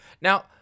Now